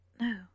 No